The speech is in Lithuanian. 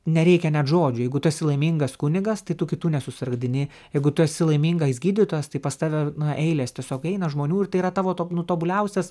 nereikia net žodžių jeigu tu esi laimingas kunigas tai tu kitų nesusargdini jeigu tu esi laimingas gydytojas tai pas tave na eilės tiesiog eina žmonių ir tai yra tavo to nu tobuliausias